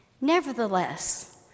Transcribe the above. Nevertheless